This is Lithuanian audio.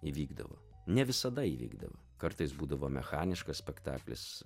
įvykdavo ne visada įvykdavo kartais būdavo mechaniškas spektaklis